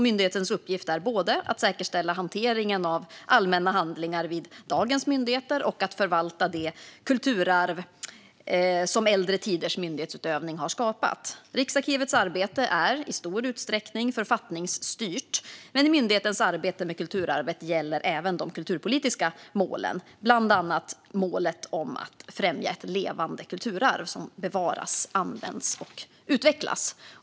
Myndighetens uppgift är både att säkerställa hanteringen av allmänna handlingar vid dagens myndigheter och att förvalta det kulturarv som äldre tiders myndighetsutövning har skapat. Riksarkivets arbete är i stor utsträckning författningsstyrt. Men myndighetens arbete med kulturarvet gäller även de kulturpolitiska målen, bland annat målet att främja ett levande kulturarv som bevaras, används och utvecklas.